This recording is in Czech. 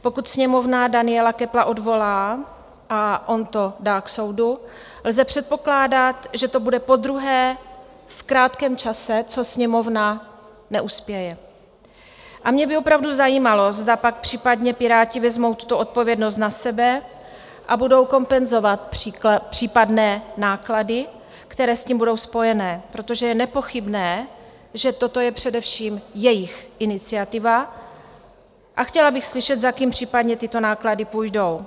Pokud Sněmovna Daniela Köppla odvolá a on to dá k soudu, lze předpokládat, že to bude podruhé v krátkém čase, co Sněmovna neuspěje, a mě by opravdu zajímalo, zda pak případně Piráti vezmou tuto odpovědnost na sebe a budou kompenzovat případné náklady, které s tím budou spojené, protože je nepochybné, že toto je především jejich iniciativa, a chtěla bych slyšet, za kým případně tyto náklady půjdou.